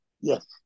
Yes